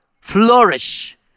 flourish